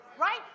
right